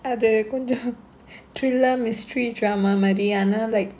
அது கொஞ்சம்:adhu konjam thriller mystery drama மாறி ஆனா:maari aanaa like